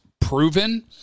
proven